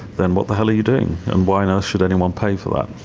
then what the hell are you doing and why on earth should anyone pay for that?